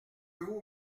vous